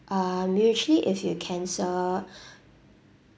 um usually if you cancel